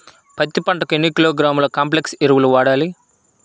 పత్తి పంటకు ఎన్ని కిలోగ్రాముల కాంప్లెక్స్ ఎరువులు వాడాలి?